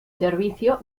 servicio